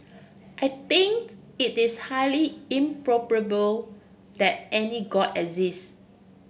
I think it is highly improbable that any god exists